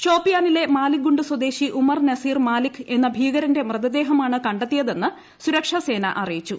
ഷോപിയാനിലെ മാലിക്ഗുണ്ട് സ്വദേശി ഉമർ നസീർ മാലിക്ക് എന്ന ഭീകരന്റെ മൃതദേഹമാണ് കണ്ടെത്തിയതെന്ന് സുരക്ഷാ സേന അറിയിച്ചു